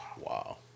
Wow